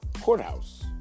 courthouse